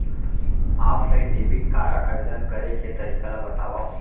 Offline debit card आवेदन करे के तरीका ल बतावव?